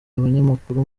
abanyamakuru